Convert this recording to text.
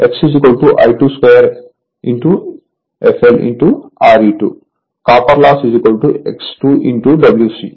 X I2 2 fl Re2 copper loss X2 Wc